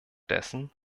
dessen